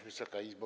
Wysoka Izbo!